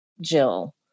Jill